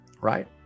right